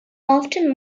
often